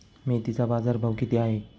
मेथीचा बाजारभाव किती आहे?